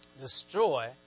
destroy